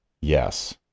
yes